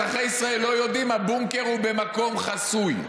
אזרחי ישראל לא יודעים, הבונקר הוא במקום חסוי.